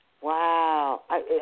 Wow